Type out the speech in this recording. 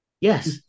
Yes